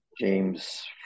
James